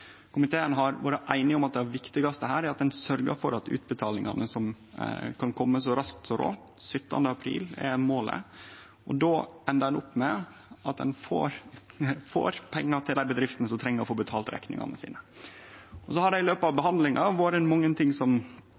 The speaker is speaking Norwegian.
Komiteen har vore einig om at det viktigaste her er at ein sørgjer for at utbetalingane kan kome så raskt som råd, 17. april er målet, slik at ein får pengar til dei bedriftene som treng å få betalt rekningane sine. I løpet av behandlinga har det vore mange ting som